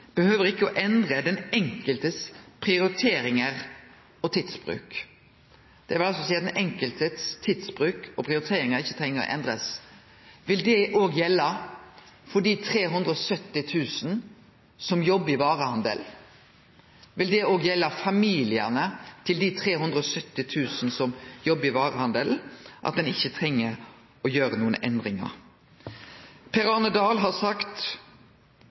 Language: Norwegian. behøver ikke å endre den enkeltes prioriteringer og tidsbruk.» Det vil altså seie at den enkeltes tidsbruk og prioriteringar ikkje treng å bli endra. Vil det òg gjelde for dei 370 000 som jobbar i varehandelen? Vil det òg gjelde familiane til dei 370 000 som jobbar i varehandelen, at ein ikkje treng å gjere nokon endringar? Per Arne Dahl har sagt: